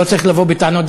לא צריך לבוא בטענות,